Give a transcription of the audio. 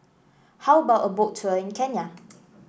how about a Boat Tour in Kenya